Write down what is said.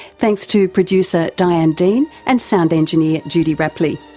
thanks to producer diane dean and sound engineer judy rapley.